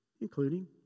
including